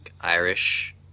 irish